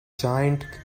giant